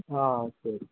ஆ சரி